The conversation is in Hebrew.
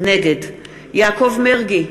נגד יעקב מרגי,